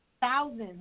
thousands